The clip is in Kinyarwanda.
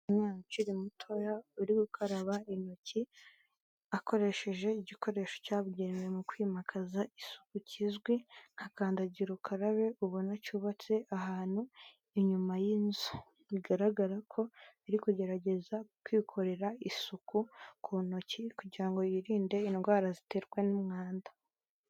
Umwana ukiri mutoya uri gukaraba intoki akoresheje igikoresho cyabugenewe mu kwimakaza isuku kizwi nka kandagira ukarabe ubona cyubatse ahantu inyuma y'inzu, bigaragara ko ari kugerageza kwikorera isuku ku ntoki kugira ngo yirinde indwara ziterwa n'umwanda.